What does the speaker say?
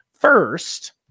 first